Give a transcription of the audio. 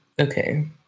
okay